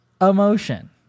emotion